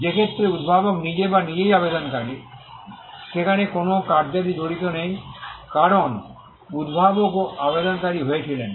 যে ক্ষেত্রে উদ্ভাবক নিজে বা নিজেই আবেদনকারী সেখানে কোনও কার্যাদি জড়িত নেই কারণ উদ্ভাবকও আবেদনকারী হয়েছিলেন